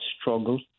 struggle